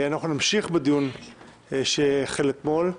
אנחנו נמשיך בדיון שהחל אתמול,